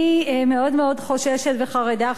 אני מאוד מאוד חוששת וחרדה,